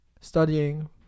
studying